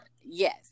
yes